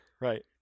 Right